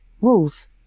wolves